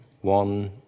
one